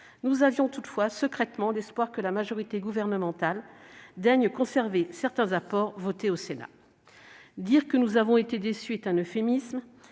nous avions toutefois secrètement l'espoir que la majorité gouvernementale daigne conserver certains apports votés au Sénat. Dire que nous avons été déçus est un euphémisme,